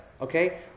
Okay